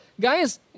guys